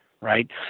Right